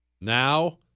Now